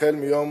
מיום